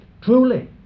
Truly